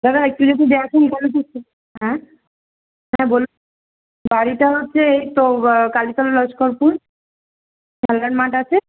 দাদা একটু যদি দেখেন তাহলে খুব সু হ্যাঁ হ্যাঁ বলুন বাড়িটা হচ্ছে এই তো কালীতলা লস্করপুর খেলার মাঠ আছে